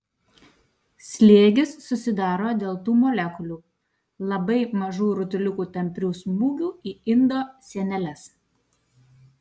slėgis susidaro dėl tų molekulių labai mažų rutuliukų tamprių smūgių į indo sieneles